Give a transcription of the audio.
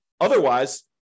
Otherwise